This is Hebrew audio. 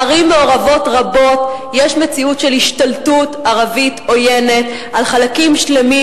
בערים מעורבות רבות יש מציאות של השתלטות ערבית עוינת על חלקים שלמים,